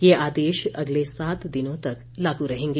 ये आदेश अगले सात दिनों तक लागू रहेंगे